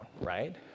right